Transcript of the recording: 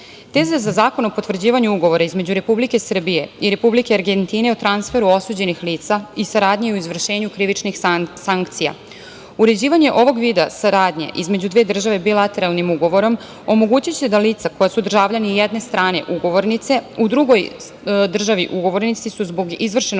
dela. Teze za Zakon o potvrđivanju Ugovora između Republike Srbije i Republike Argentine o transferu osuđenih lica i saradnji o izvršenju krivičnih sankcija, uređivanje ovog vida saradnje između dve države bilateralnim ugovorom omogućiće da lica koja su državljani jedne strane ugovornice, u drugoj državi ugovornici su zbog izvršenog